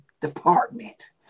department